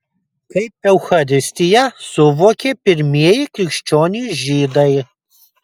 kaip eucharistiją suvokė pirmieji krikščionys žydai